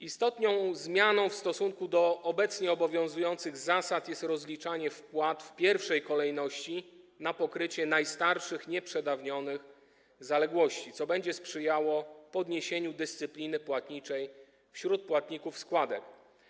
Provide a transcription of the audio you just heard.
Istotną zmianą w stosunku do obecnie obowiązujących zasad jest rozliczanie wpłat w pierwszej kolejności na pokrycie najstarszych nieprzedawnionych zaległości, co będzie sprzyjało podniesieniu dyscypliny płatniczej wśród płatników składek.